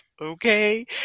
okay